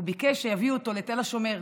וביקש שיביאו אותו לתל השומר,